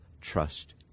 trust